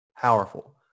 powerful